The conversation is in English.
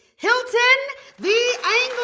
hilton the